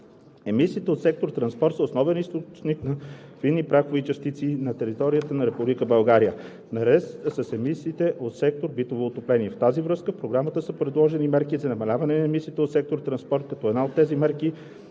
емисиите от сектор „Транспорт“ са основен източник на фини прахови частици на територията на Република България наред с емисиите от сектор „Битово отопление“. В тази връзка в Програмата са предложени мерки за намаляване на емисиите от сектор „Транспорт“. Една от мерките